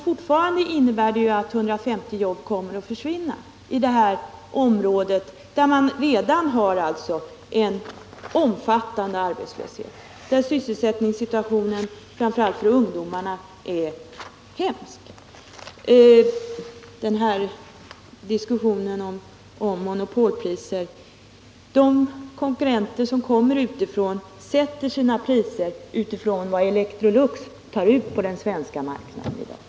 Fortfarande innebär det ju att 150 jobb kommer att försvinna i detta område, där man redan har en omfattande arbetslöshet och där sysselsättningssituationen, framför allt för ungdomarna, är hemsk. Vad beträffar diskussionen om monopolpriser vill jag säga att de utländska konkurrenterna sätter sina priser med utgångspunkt i vad Electrolux tar ut på den svenska marknaden i dag.